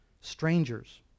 strangers